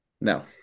No